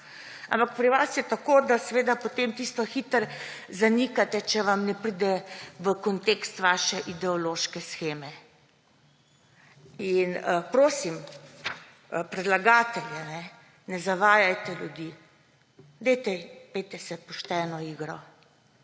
Ampak pri vas je tako, da seveda potem tisto hitro zanikate, če vam ne pride v kontekst vaše ideološke sheme. In prosim predlagatelje, ne zavajajte ljudi. Dajte, pojdite se pošteno igro,